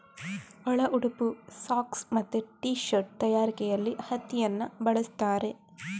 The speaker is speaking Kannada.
ಒಳ ಉಡುಪು, ಸಾಕ್ಸ್ ಮತ್ತೆ ಟೀ ಶರ್ಟ್ ತಯಾರಿಕೆಯಲ್ಲಿ ಹತ್ತಿಯನ್ನ ಬಳಸ್ತಾರೆ